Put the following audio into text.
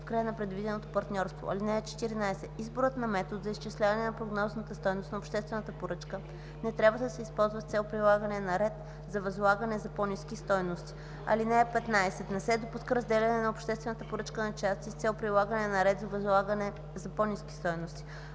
в края на предвиденото партньорство. (14) Изборът на метод за изчисляване на прогнозната стойност на обществената поръчка не трябва да се използва с цел прилагане на ред за възлагане за по-ниски стойности. (15) Не се допуска разделяне на обществена поръчка на части с цел прилагане на ред за възлагане за по-ниски стойности.